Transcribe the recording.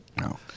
No